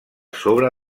sobre